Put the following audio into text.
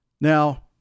Now